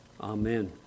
Amen